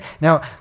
Now